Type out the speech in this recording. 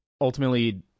ultimately